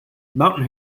mountain